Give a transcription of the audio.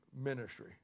ministry